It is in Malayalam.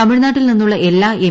തമിഴ്നാട്ടിൽ നിന്നുള്ളൂ എല്ലും എം